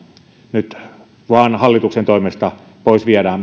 nyt vain hallituksen toimesta pois viedään